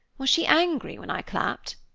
was she angry when i clapped?